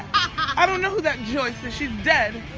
i don't know who that joyce is, she's dead,